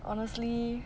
honestly